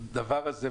הדבר הזה,